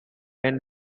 and